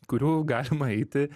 kurių galima eiti